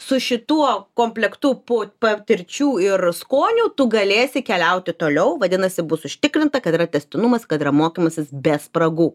su šituo komplektu po patirčių ir skonių tu galėsi keliauti toliau vadinasi bus užtikrinta kad yra tęstinumas kad yra mokymasis be spragų